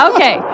Okay